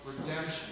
redemption